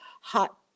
hot